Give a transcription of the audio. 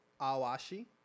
Awashi